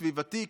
סביבתי,